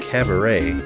Cabaret